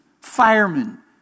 firemen